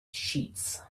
sheets